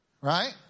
Right